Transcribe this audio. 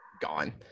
gone